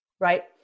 right